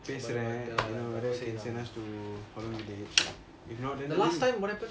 பிரசுரம் எல்லாம்:peasuram ellam the last time what happened